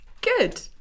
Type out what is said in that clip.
Good